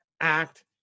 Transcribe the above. act